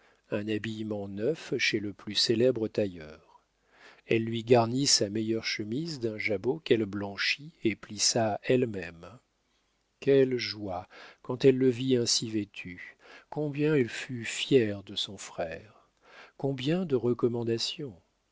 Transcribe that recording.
un habillement neuf chez le plus célèbre tailleur elle lui garnit sa meilleure chemise d'un jabot qu'elle blanchit et plissa elle-même quelle joie quand elle le vit ainsi vêtu combien elle fut fière de son frère combien de recommandations